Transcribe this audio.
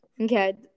Okay